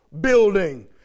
building